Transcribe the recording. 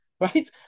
right